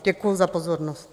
Děkuju za pozornost.